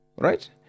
Right